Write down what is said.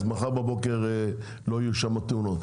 מחר בבוקר לא יהיו שם תאונות.